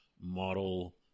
model